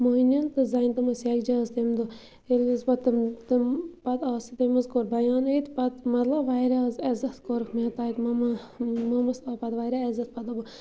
موٚہنِوٮ۪ن تہٕ زَنہِ تِم ٲس یَکجاہ حظ تمہِ دۄہ ییٚلہِ حظ پَتہٕ تِم تِم پَتہٕ آو سُہ تٔمۍ حظ کوٚر بَیان ییٚتہِ پَتہٕ مطلب واریاہ حظ عزت کوٚرُکھ مےٚ تَتہِ مما موٚمَس آو پَتہٕ واریاہ عزَت پَتہٕ دوٚپُکھ